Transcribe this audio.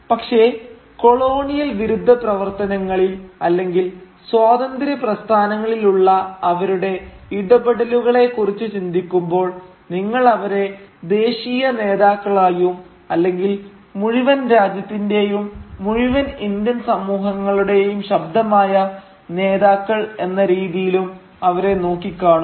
പക്ഷെ കൊളോണിയൽ വിരുദ്ധ പ്രവർത്തനങ്ങളിൽ അല്ലെങ്കിൽ സ്വാതന്ത്ര്യ പ്രസ്ഥാനങ്ങളിൽ ഉള്ള അവരുടെ ഇടപെടലുകളെ കുറിച്ച് ചിന്തിക്കുമ്പോൾ നിങ്ങൾ അവരെ ദേശീയ നേതാക്കളായും അല്ലെങ്കിൽ മുഴുവൻ രാജ്യത്തിന്റെയും മുഴുവൻ ഇന്ത്യൻ സമൂഹങ്ങളുടെയും ശബ്ദമായ നേതാക്കൾ എന്ന രീതിയിലും അവരെ നോക്കി കാണും